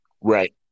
Right